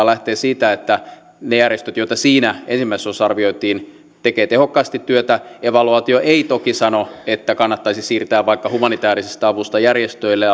lähtee siitä että ne järjestöt joita siinä ensimmäisessä osassa arvioitiin tekevät tehokkaasti työtä evaluaatio ei toki sano että kannattaisi siirtää vaikka humanitäärisestä avusta järjestöille